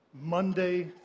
Monday